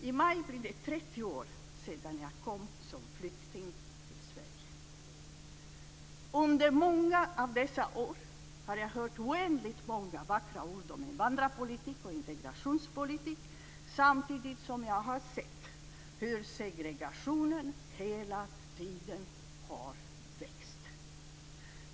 I maj blir det 30 år sedan jag kom som flykting till Sverige. Under många av dessa år har jag hört oändligt många vackra ord om invandrarpolitik och integrationspolitik, samtidigt som jag har sett hur segregationen hela tiden har växt.